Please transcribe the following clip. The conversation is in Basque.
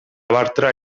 bartra